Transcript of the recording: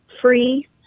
Free